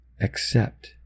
Accept